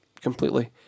completely